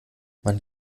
man